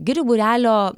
girių būrelio